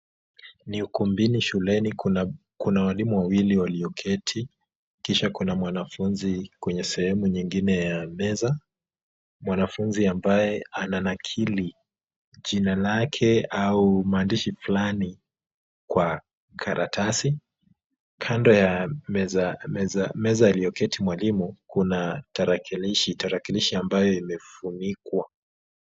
Ni ukumbini shuleni kuna walimu wawili walio keti, kisha kuna mwanafunzi kwenye sehemu nyigine ya meza. Mwanafunzi ambaye ana nakili jina lake au maandiahi flani kwa karatasi, kando ya meza alioketi mwalimu kuna tarakilishi ambayo imefunikwa.